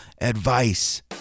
advice